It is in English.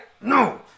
No